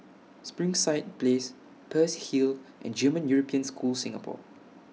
Springside Place Peirce Hill and German European School Singapore